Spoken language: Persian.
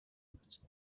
بود